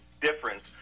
difference